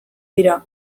dira